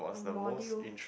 module